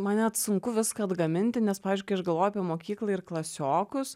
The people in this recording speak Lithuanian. man net sunku viską atgaminti nes pavydžiu kai aš galvojau apie mokyklą ir klasiokus